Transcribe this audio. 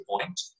point